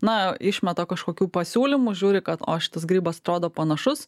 na išmeta kažkokių pasiūlymų žiūri kad o šitas grybas atrodo panašus